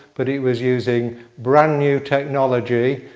but it was using brand new technology,